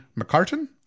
McCartan